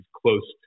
close